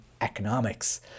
economics